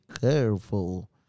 careful